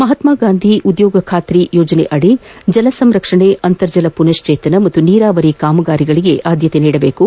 ಮಹಾತಾಗಾಂಧಿ ಉದ್ಯೋಗ ಖಾತರಿ ಯೋಜನೆಯಡಿ ಜಲ ಸಂರಕ್ಷಣೆ ಅಂತರ್ಜಲ ಪುನಶ್ಚೇತನ ಮತ್ತು ನೀರಾವರಿ ಕಾಮಗಾರಿಗಳಗೆ ಆದ್ದತೆ ನೀಡಬೇಕು